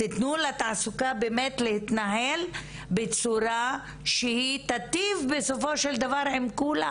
תנו לתעסוקה באמת להתנהל בצורה שתיטיב בסופו של דבר עם כולם.